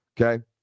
okay